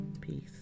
Peace